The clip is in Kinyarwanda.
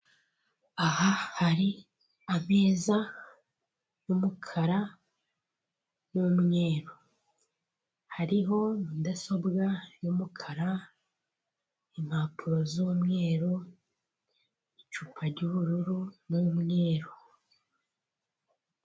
Aha hari ameza y'umukara n'umweru, hariho mudasobwa y'umukara impapuro z'umweru, icupa ry'ubururu n'umweru.